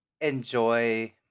enjoy